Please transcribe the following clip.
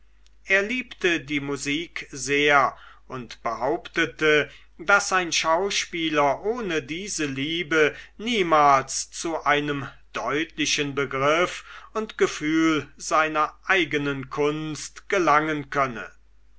er liebte die musik sehr und behauptete daß ein schauspieler ohne diese liebe niemals zu einem deutlichen begriff und gefühl seiner eigenen kunst gelangen könne